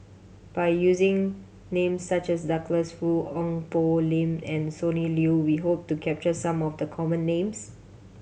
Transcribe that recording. by using names such as Douglas Foo Ong Poh Lim and Sonny Liew we hope to capture some of the common names